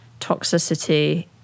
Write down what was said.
toxicity